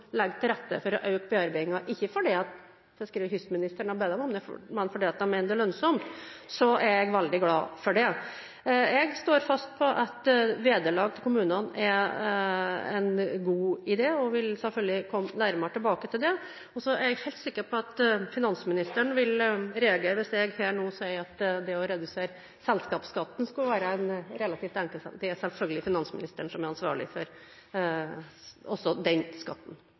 til rette for å øke bearbeidingen, ikke fordi fiskeri- og kystministeren har bedt dem om det, men fordi de mener det er lønnsomt, er jeg veldig glad for det. Jeg står fast på at vederlag til kommunene er en god idé og vil selvfølgelig komme nærmere tilbake til det. Jeg er helt sikker på at finansministeren vil reagere hvis jeg nå sier at det å redusere selskapsskatten skulle være en relativt enkel sak – det er selvfølgelig finansministeren som er ansvarlig for også den skatten.